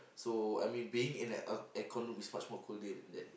so I mean being in air aircon room is much colder than that